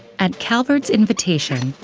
at calvert's invitation,